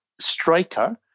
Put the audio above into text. striker